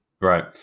Right